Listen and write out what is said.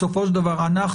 בסופו של דבר אנחנו